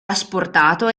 asportato